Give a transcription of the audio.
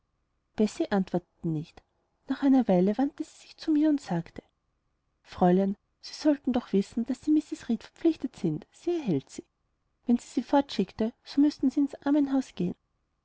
antwortete nicht nach einer weile wandte sie sich zu mir und sagte fräulein sie sollten doch wissen daß sie mrs reed verpflichtet sind sie erhält sie wenn sie sie fortschickte so müßten sie ins armenhaus gehen